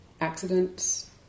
accidents